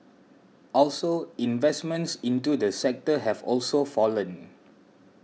also investments into the sector have also fallen